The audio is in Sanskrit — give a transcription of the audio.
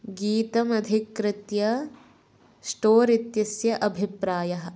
गीतमधिकृत्य स्टोर् इत्यस्य अभिप्रायः